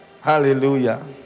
Hallelujah